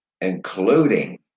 including